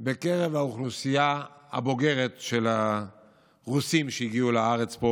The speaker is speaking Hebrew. בקרב האוכלוסייה הבוגרת של הרוסים שהגיעו לארץ,